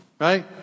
right